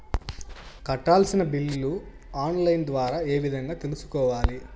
కట్టాల్సిన బిల్లులు online ద్వారా ఏ విధంగా తెలుసుకోవాలి?